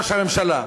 ראש הממשלה.